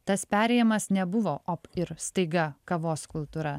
tas perėjimas nebuvo op ir staiga kavos kultūra